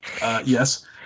Yes